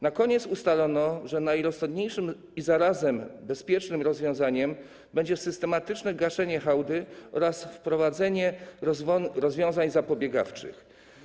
Na koniec ustalono, że najrozsądniejszym i zarazem bezpiecznym rozwiązaniem będzie systematyczne gaszenie hałdy oraz wprowadzenie rozwiązań zapobiegawczych.